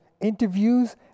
interviews